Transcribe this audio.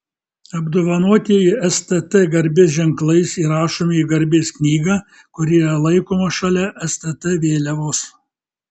apdovanotieji stt garbės ženklais įrašomi į garbės knygą kuri yra laikoma šalia stt vėliavos